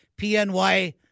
PNY